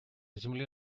земле